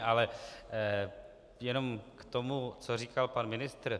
Ale jenom k tomu, co říkal pan ministr.